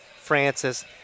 Francis